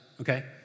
okay